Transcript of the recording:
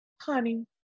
Honey